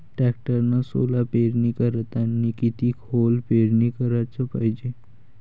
टॅक्टरनं सोला पेरनी करतांनी किती खोल पेरनी कराच पायजे?